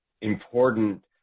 important